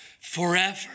forever